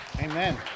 Amen